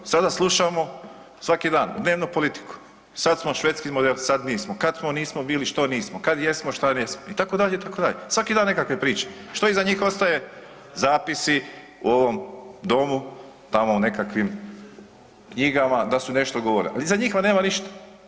Sada slušamo svaki dan, dnevnu politiku, sad smo švedski model, sad nismo, kad smo nismo bili što nismo, kad jesmo šta jesmo itd., itd., svaki dan nekakve priče, a što iza njih ostaje, zapisi u ovom domu tamo u nekakvim knjigama da su nešto govorili, ali iza njih vam nema ništa.